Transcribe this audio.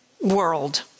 world